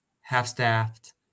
half-staffed